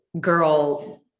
girl